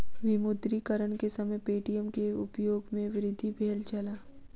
विमुद्रीकरण के समय पे.टी.एम के उपयोग में वृद्धि भेल छल